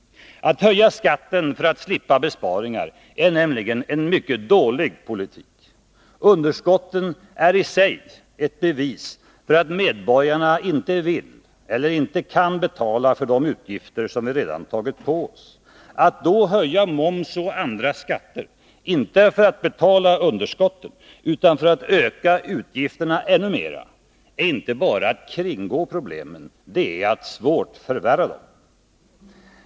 Att höja skatten för att slippa besparingar är nämligen en mycket dålig politik. Underskotten är i sig ett bevis för att medborgarna inte vill eller inte kan betala för de utgifter vi redan tagit på oss. Att då höja moms och andra skatter, inte för att betala av underskotten utan för att öka utgifterna ännu mer, är inte bara att kringgå problemen, det är att svårt förvärra dem.